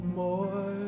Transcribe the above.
more